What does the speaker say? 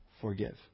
forgive